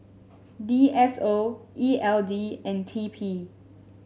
D S O E L D and T P